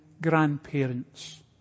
grandparents